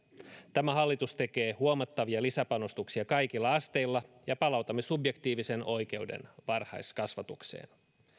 tämä hallitus tekee huomattavia lisäpanostuksia kaikilla asteilla ja palautamme subjektiivisen oikeuden varhaiskasvatukseen